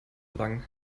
lang